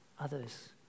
others